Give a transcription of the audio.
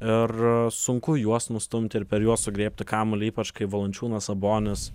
ir sunku juos nustumti ir per juos sugriebti kamuolį ypač kai valančiūnas sabonis